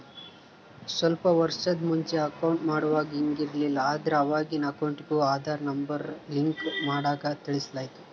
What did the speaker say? ಸ್ವಲ್ಪ ವರ್ಷುದ್ ಮುಂಚೆ ಅಕೌಂಟ್ ಮಾಡುವಾಗ ಹಿಂಗ್ ಇರ್ಲಿಲ್ಲ, ಆದ್ರ ಅವಾಗಿನ್ ಅಕೌಂಟಿಗೂ ಆದಾರ್ ನಂಬರ್ ಲಿಂಕ್ ಮಾಡಾಕ ತಿಳಿಸಲಾಯ್ತು